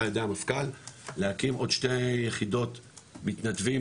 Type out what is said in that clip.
על ידי המפכ"ל להקים שתי יחידות מתנדבים,